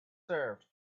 served